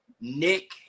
Nick